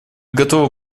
готовы